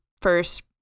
first